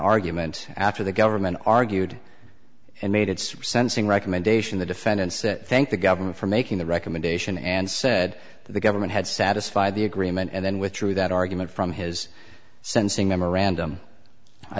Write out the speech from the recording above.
argument after the government argued and made its sensing recommendation the defendant said thank the government for making the recommendation and said the government had satisfied the agreement and then withdrew that argument from his sensing memorandum i